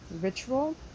ritual